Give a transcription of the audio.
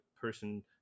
person